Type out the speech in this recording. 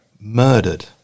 murdered